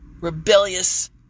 rebellious